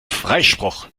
freispruch